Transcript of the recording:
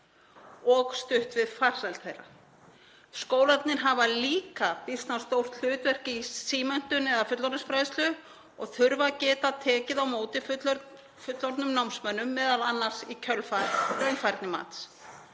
og stutt við farsæld þeirra. Skólarnir hafa líka býsna stórt hlutverk í símenntun eða fullorðinsfræðslu og þurfa að geta tekið á móti fullorðnum námsmönnum, m.a. í kjölfar raunfærnimats.